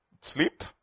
sleep